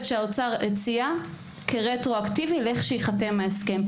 שהאוצר הציע כרטרואקטיבי לכשייחתם ההסכם.